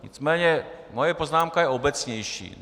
Nicméně moje poznámka je obecnější.